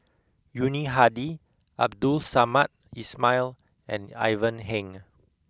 Yuni Hadi Abdul Samad Ismail and Ivan Heng